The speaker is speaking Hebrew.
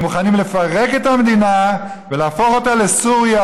והם מוכנים לפרק את המדינה ולהפוך אותה לסוריה,